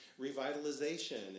revitalization